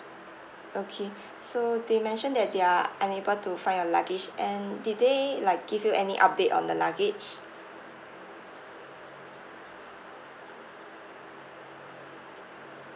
okay so they mentioned that they are unable to find your luggage and did they like give you any update on the luggage